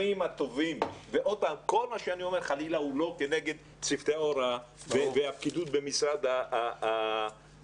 וכל מה שאני אומר הוא חלילה לא נגד צוותי ההוראה והפקידות במשרד החינוך,